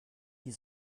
die